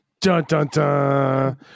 Dun-dun-dun